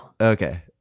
Okay